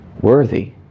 worthy